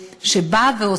שאכפת לה מכספי ציבור,